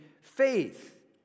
faith